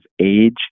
age